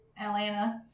Atlanta